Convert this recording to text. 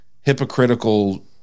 hypocritical